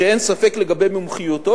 שאין ספק לגבי מומחיותו,